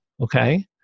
okay